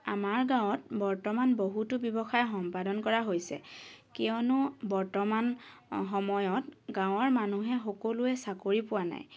আমাৰ গাঁৱত বৰ্তমান বহুতো ব্যৱসায় সম্পাদন কৰা হৈছে কিয়নো বৰ্তমান সময়ত গাঁৱৰ মানুহে সকলোৱে চাকৰি পোৱা নাই